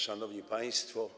Szanowni Państwo!